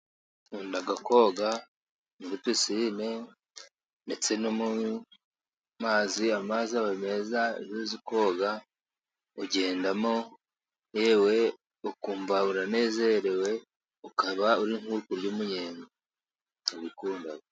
Nkunda koga muri pisine ndetse no mu mazi. Amazi aba meza iyo uzi koga, ugendamo yewe ukumva uranezerewe ukaba urimo kurya umunyenga.